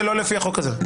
החוק הזה.